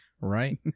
Right